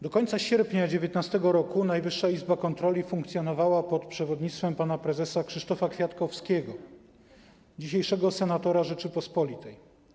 Do końca sierpnia 2019 r. Najwyższa Izba Kontroli funkcjonowała pod przewodnictwem pana prezesa Krzysztofa Kwiatkowskiego, dzisiejszego senatora Rzeczypospolitej.